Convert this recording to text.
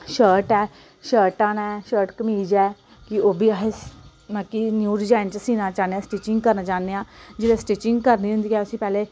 shirt ऐ शर्टां न शर्ट कमीज ऐ कि ओह् बी असें मतलब कि न्यू डिजाइन च सीना चाह्ने स्टिचिंग करना चाह्ने आं जिल्लै स्टिचिंग करनी होंदी ऐ उस्सी पैह्ले